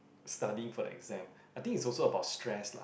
studying for the exam I think it's also about stress lah